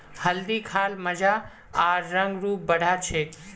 हल्दी खा ल मजा आर रंग रूप बढ़ा छेक